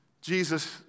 Jesus